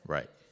Right